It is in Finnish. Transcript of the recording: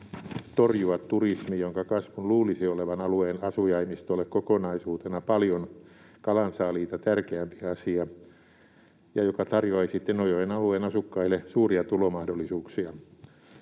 torjua turismi, jonka kasvun luulisi olevan alueen asujaimistolle kokonaisuutena paljon kalansaaliita tärkeämpi asia ja joka tarjoaisi Tenojoen alueen asukkaille suuria tulomahdollisuuksia.